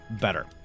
better